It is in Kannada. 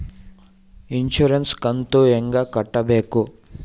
ಇನ್ಸುರೆನ್ಸ್ ಕಂತು ಹೆಂಗ ಕಟ್ಟಬೇಕು?